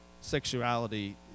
sexuality